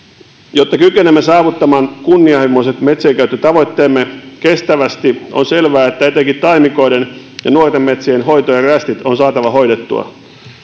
jotta kykenemme saavuttamaan kunnianhimoiset metsienkäyttötavoitteemme kestävästi on selvää että etenkin taimikoiden ja nuorten metsien hoito ja rästit on saatava hoidettua